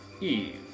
Eve